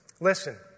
Listen